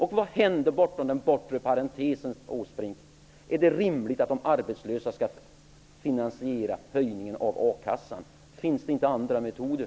Och vad händer bortom den bortre parentesen, Åsbrink? Är det rimligt att de arbetslösa skall finansiera höjningen av a-kassan? Finns det inte andra metoder?